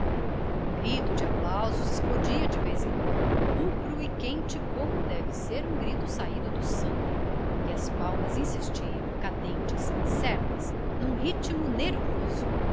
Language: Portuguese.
um grito de aplausos explodia de vez em quando rubro e quente como deve ser um grito saído do sangue e as palmas insistiam cadentes certas num ritmo nervoso